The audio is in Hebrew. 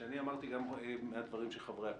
שאני אמרתי, גם מהדברים של חברי הכנסת.